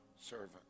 servant